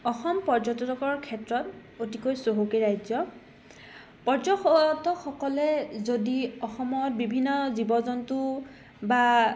অসম পৰ্যটকৰ ক্ষেত্ৰত অতিকৈ চহকী ৰাজ্য পৰ্যটকসকলে যদি অসমত বিভিন্ন জীৱ জন্তু বা